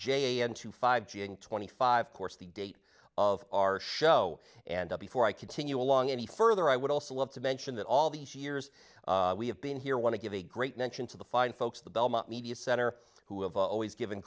two five twenty five course the date of our show and before i continue along any further i would also love to mention that all these years we have been here want to give a great mention to the fine folks at the belmont media center who have always given